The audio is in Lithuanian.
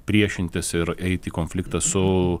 priešintis ir eit į konfliktą su